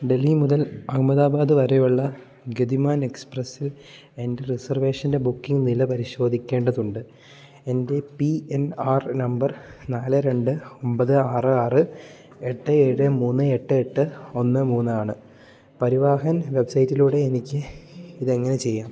ഡൽഹി മുതൽ അഹമ്മദാബാദ് വരെയുള്ള ഗതിമാൻ എക്സ്പ്രസ്സിൽ എൻ്റെ റിസർവേഷൻ്റെ ബുക്കിംഗ് നില പരിശോധിക്കേണ്ടതുണ്ട് എൻ്റെ പി എൻ ആർ നമ്പർ നാല് രണ്ട് ഒമ്പത് ആറ് ആറ് എട്ട് ഏഴ് മൂന്ന് എട്ട് എട്ട് ഒന്ന് മൂന്നാണ് പരിവാഹൻ വെബ്സൈറ്റിലൂടെ എനിക്ക് ഇതെങ്ങനെ ചെയ്യാം